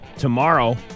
Tomorrow